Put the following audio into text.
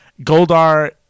Goldar